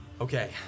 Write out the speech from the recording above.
Okay